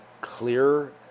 clear